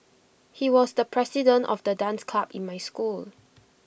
he was the president of the dance club in my school